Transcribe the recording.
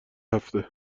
هفته